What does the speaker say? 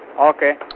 Okay